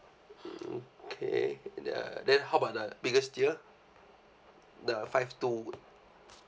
mm K uh then how about the biggest tier the five two